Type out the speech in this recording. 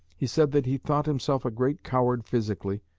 he said that he thought himself a great coward physically,